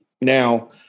Now